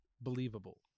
believable